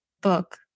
book